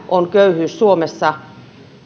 on köyhyys suomessa